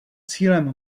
cílem